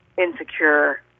insecure